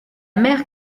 mère